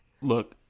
Look